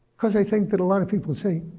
because i think that a lot of people would say,